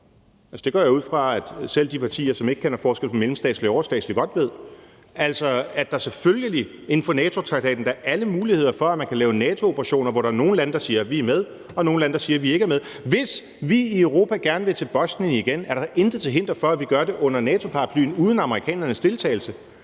Det går jeg ud fra at selv de partier, som ikke kender forskel på det mellemstatslige og det overstatslige, godt ved, altså at der selvfølgelig inden for NATO-traktaten er alle muligheder for, at man kan lave NATO-operationer, hvor der er nogle lande, der siger, at de er med, og andre lande, der siger, at de ikke er med. Hvis vi i Europa gerne vil til Bosnien igen, er der intet til hinder for, at vi gør det under NATO-paraplyen uden amerikanernes deltagelse,